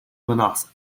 manhasset